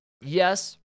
yes